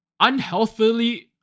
Unhealthily